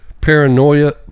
paranoia